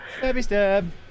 Stabby-stab